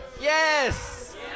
Yes